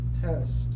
test